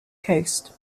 coast